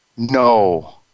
No